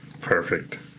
Perfect